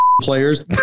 players